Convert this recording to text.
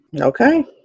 Okay